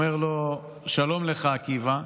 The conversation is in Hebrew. אומר לו: "שלום לך, עקיבא!